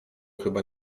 chyba